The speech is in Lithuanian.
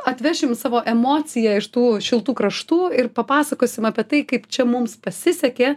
atvešim savo emociją iš tų šiltų kraštų ir papasakosim apie tai kaip čia mums pasisekė